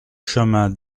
chemin